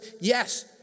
yes